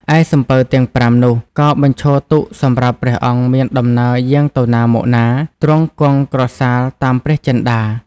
ឯសំពៅទាំង ៥ នោះ ក៏បញ្ឈរទុកសម្រាប់ព្រះអង្គមានដំណើរយាងទៅណាមកណា ទ្រង់គង់ក្រសាលតាមព្រះចិន្តា ។